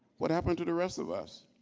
what happened to the rest of us?